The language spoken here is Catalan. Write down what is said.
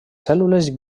cèl·lules